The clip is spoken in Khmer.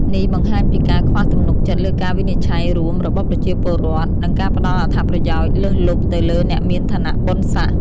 នេះបង្ហាញពីការខ្វះទំនុកចិត្តលើការវិនិច្ឆ័យរួមរបស់ប្រជាពលរដ្ឋ និងការផ្តល់អត្ថប្រយោជន៍លើសលប់ទៅលើអ្នកមានឋានៈបុណ្យសក្តិ។